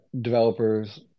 developers